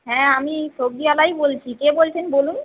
হ্য়াঁ আমি সবজিওয়ালাই বলছি কে বলছেন বলুন